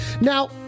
Now